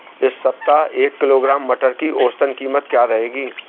इस सप्ताह एक किलोग्राम मटर की औसतन कीमत क्या रहेगी?